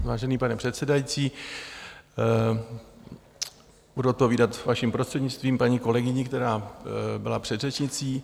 Vážený pane předsedající, budu odpovídat vaším prostřednictvím paní kolegyni, která byla předřečnicí.